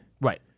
Right